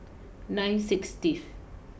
nine sixtieth